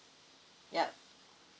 yup